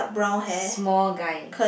small guy